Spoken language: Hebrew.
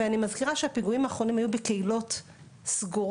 אני מזכירה שהפיגועים האחרונים היו בקהילות סגורות,